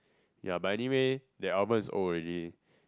ya but anyway that album is old already